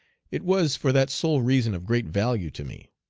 it was for that sole reason of great value to me.